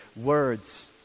Words